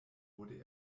wurde